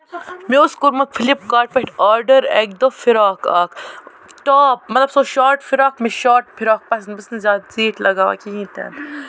مےٚ اوس کوٚرمُت فِلِپ کاٹ پٮ۪ٹھ آرڈر اَکہِ دۄہ فراک اکھ ٹاپ مطلب سُہ اوس شاٹ فِراک مےٚ چھُ شاٹ فراک پَسند بہٕ چھَس نہٕ زیادٕ زِیٖٹھ لَگاوان کِہیٖنۍ تہِ